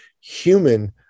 human